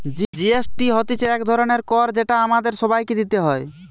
GST হতিছে এক ধরণের কর যেটা আমাদের সবাইকে দিতে হয়